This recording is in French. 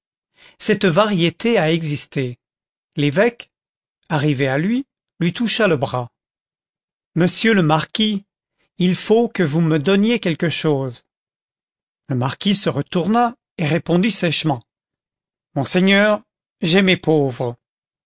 cette variété a existé l'évêque arrivé à lui lui toucha le bras monsieur le marquis il faut que vous me donniez quelque chose le marquis se retourna et répondit sèchement monseigneur j'ai mes pauvres